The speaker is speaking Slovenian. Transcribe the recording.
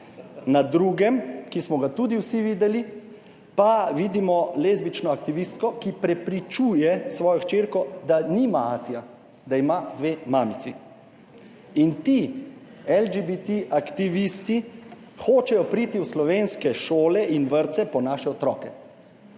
Na drugem, ki smo ga tudi vsi videli, pa vidimo lezbično aktivistko, ki prepričuje svojo hčerko, da nima atija, da ima dve mamici. In ti LGBT aktivisti hočejo priti v slovenske šole in vrtce po naše otroke.